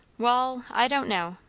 wall, i don't know.